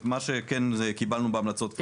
את מה שקיבלנו בהמלצות כבר ציינתי.